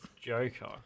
Joker